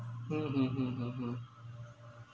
mm mm mm mm mm